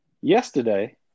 Yesterday